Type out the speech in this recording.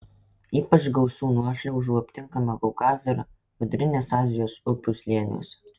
ypač gausių nuošliaužų aptinkama kaukazo ir vidurinės azijos upių slėniuose